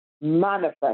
manifest